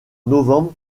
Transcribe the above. novembre